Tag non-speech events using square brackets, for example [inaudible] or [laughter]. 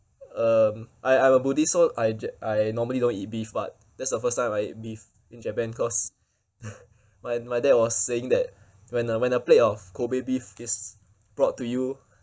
um I I'm a buddhist so I j~ I normally don't eat beef but that's the first time I eat beef in japan cause [laughs] my my dad was saying that when a when a plate of kobe beef is brought to you